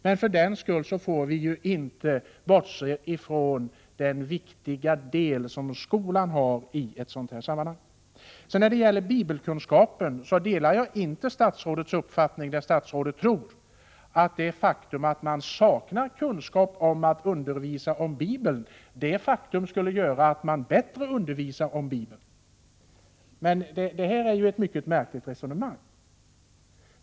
Men för den skull får vi inte bortse ifrån den viktiga del som skolan har i ett sådant här sammanhang. När det gäller bibelkunskapen delar jag inte statsrådets uppfattning, att det faktum att man saknar kunskap om att undervisa om Bibeln skulle göra att man bättre undervisar om Bibeln. Detta är ett mycket märkligt resonemang.